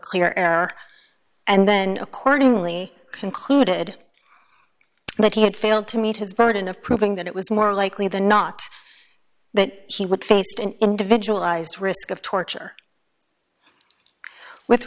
clear air and then accordingly concluded that he had failed to meet his burden of proving that it was more likely than not that he would face an individualized risk of torture with